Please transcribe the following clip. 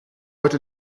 heute